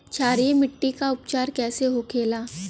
क्षारीय मिट्टी का उपचार कैसे होखे ला?